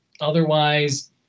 otherwise